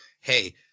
Hey